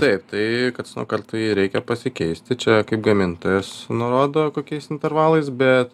taip tai karts nuo karto jį reikia pasikeisti čia kaip gamintojas nurodo kokiais intervalais bet